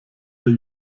der